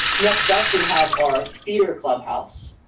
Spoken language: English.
next up, we have our theater clubhouse,